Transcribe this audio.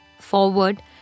forward